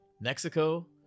Mexico